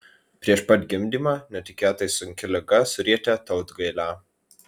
prieš pat gimdymą netikėtai sunki liga surietė tautgailę